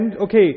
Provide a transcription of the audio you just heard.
okay